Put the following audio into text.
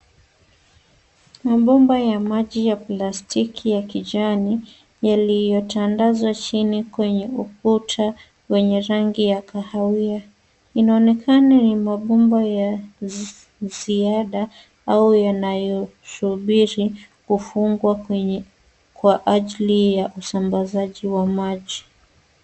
Mabomba ya maji ya plastiki ya kijani, yaliyotandazwa chini kwenye ukuta wenye rangi ya kahawia. Inaonekana ni mabomba ya ziada au yanayosuburi kufungwa kwa ajili ya usambazaji wa maji.